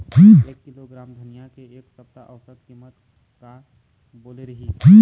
एक किलोग्राम धनिया के एक सप्ता औसत कीमत का बोले रीहिस?